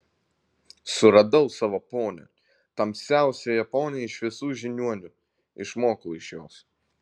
suradau savo ponią tamsiausiąją ponią iš visų žiniuonių išmokau iš jos